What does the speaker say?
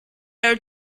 are